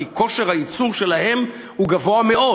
כי כושר הייצור שלהן הוא גבוה מאוד,